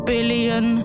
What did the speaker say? Billion